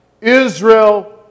Israel